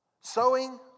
Sowing